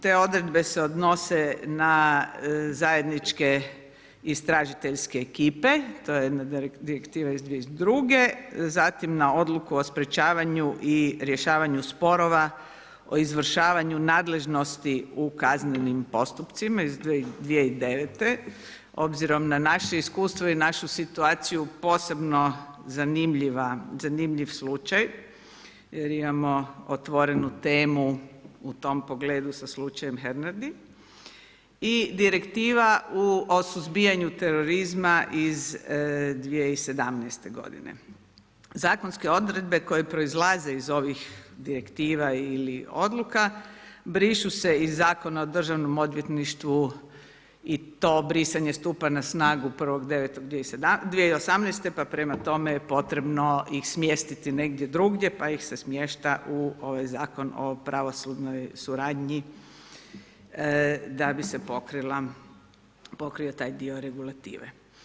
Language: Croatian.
Te odredbe se odnose na zajedničke istražiteljske ekipe, to je jedna direktiva iz 2002., zatim na odluku o sprečavanju i rješavanju sporova o izvršavanju nadležnosti u kaznenim postupcima iz 2009. obzirom na naše iskustvo i našu situaciju posebno zanimljiv slučaj jer imamo otvorenu temu u tom pogledu sa slučajem Hernardi i direktiva o suzbijanu terorizma iz 2017. g. Zakonske odredbe koje proizlaze iz ovih direktiva ili odluke brišu se iz Zakona o Državnom odvjetništvu i to brisanje stupa na snagu 1.9.2018. pa prema tome je potrebno ih smjestiti negdje drugdje pa ih se smješta u ovaj zakon o pravosudnoj suradnji da bi se pokrio taj dio regulative.